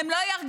הם לא ירגישו.